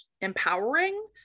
empowering